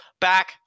Back